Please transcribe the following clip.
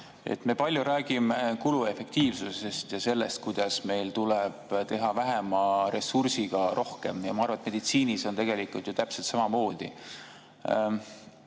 räägime palju kuluefektiivsusest ja sellest, kuidas meil tuleb teha vähema ressursiga rohkem. Ja ma arvan, et meditsiinis on tegelikult ju täpselt samamoodi.